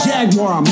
Jaguar